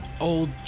Old